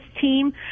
team